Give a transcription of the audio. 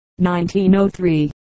1903